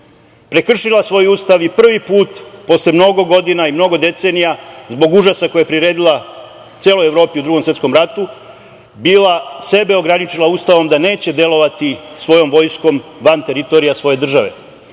prekršila svoj Ustav i prvi put posle mnogo godina i mnogo decenija, jer je zbog užasa koji je priredila celoj Evropi u Drugom svetskom ratu bila sebe ograničila Ustavom da neće delovati svojom vojskom van teritorija svoje države,